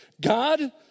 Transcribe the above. God